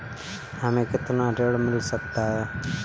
हमें कितना ऋण मिल सकता है?